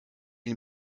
den